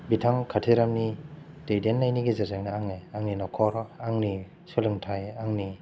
बिथां काथिरामनि दैदेननायनि गेजेरजोंनाे आङाे आंनि न'खर आंनि सोलोंथाइ आंनि